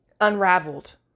unraveled